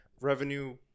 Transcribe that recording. revenue